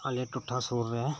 ᱟᱞᱮ ᱴᱚᱴᱷᱟ ᱥᱩᱨ ᱨᱮ